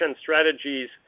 strategies